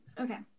okay